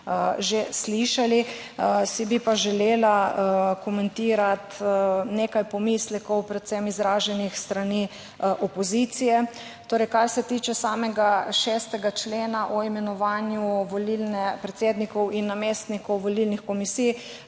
že slišali. Si bi pa želela komentirati nekaj pomislekov, izraženih predvsem s strani opozicije. Kar se tiče samega 6. člena o imenovanju predsednikov in namestnikov volilnih komisij,